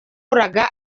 uraga